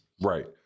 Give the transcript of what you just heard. right